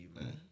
man